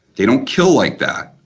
they don't kill like that,